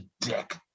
dick